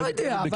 לא יודע,